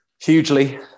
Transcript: Hugely